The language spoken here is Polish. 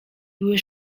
były